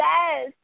Yes